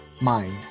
Mind